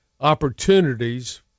opportunities